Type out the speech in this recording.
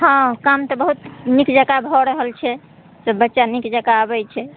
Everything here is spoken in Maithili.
हँ काम तऽ बहुत नीक जकाँ भऽ रहल छै सब बच्चा नीक जकाँ अबै छै